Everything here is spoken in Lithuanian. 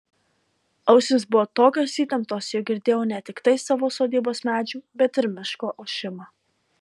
ausys buvo tokios įtemptos jog girdėjau ne tiktai savo sodybos medžių bet ir miško ošimą